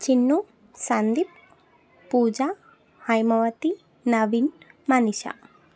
Chinnu Sandeep Pooja Haimavathi Naveen Manisha